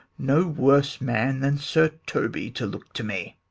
no worse man than sir toby to look to me!